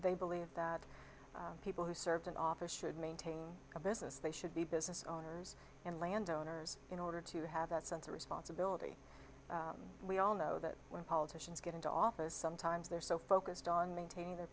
they believe that people who served in office should maintain a business they should be business owners and landowners in order to have that sense of responsibility we all know that when politicians get into office sometimes they're so focused on maintaining their